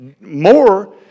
more